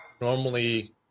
normally